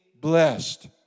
blessed